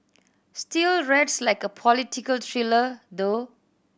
still reads like a political thriller though